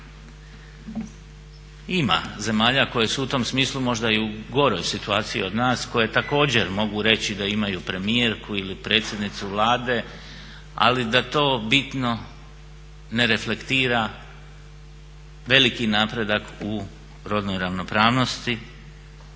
Ima zemalja koje su u tom smislu možda i u goroj situaciji od nas, koje također mogu reći da imaju premijerku ili predsjednicu Vlade, ali da to bitno ne reflektira veliki napredak u rodnoj ravnopravnosti